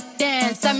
dance